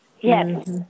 Yes